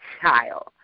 child